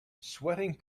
sweating